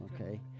okay